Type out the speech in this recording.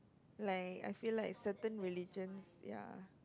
like I feel like certain religions ya